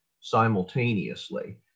simultaneously